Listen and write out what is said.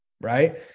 Right